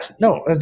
No